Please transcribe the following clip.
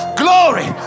glory